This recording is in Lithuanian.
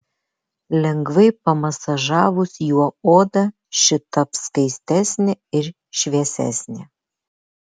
lengvai pamasažavus juo odą ši taps skaistesnė ir šviesesnė